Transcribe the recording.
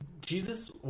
Jesus